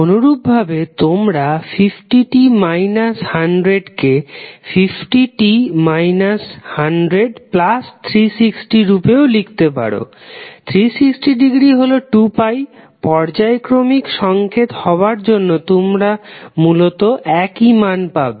অনুরূপ ভাবে তোমরা 50t 100 কে 50t 100360 রূপেও লিখতে পারো 360 ডিগ্রী হল 2π পর্যায়ক্রমিক সংকেত হবার জন্য তোমরা মূলত একই মান পাবে